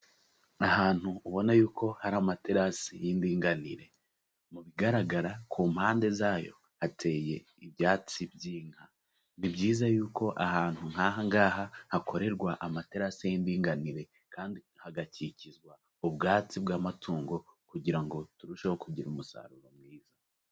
Ahantu ubona yuko hari amaterasi y'indinganire, mu bigaragara ku mpande zayo hateye ibyatsi by'inka, ni byiza yuko ahantu nk'aha ngaha hakorerwa amaterasi y'imdinganire kandi hagakikizwa ubwatsi bw'amatungo kugira ngo turusheho kugira umusaruro mwiza.